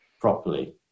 properly